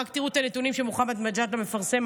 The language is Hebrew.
ורק תראו את הנתונים שמוחמד מג'אדלה מפרסם